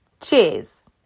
Cheers